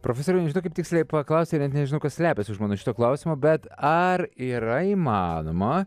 profesoriau nežinau kaip tiksliai paklausti ir nežinau kas slepiasi už mano šito klausimo bet ar yra įmanoma